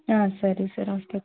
ಹಾಂ ಸರಿ sir okay okay